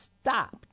stopped